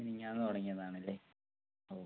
മിനിഞ്ഞാന്ന് തുടങ്ങിയതാണല്ലേ ഓക്കെ